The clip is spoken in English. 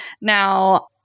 Now